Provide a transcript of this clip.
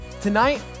Tonight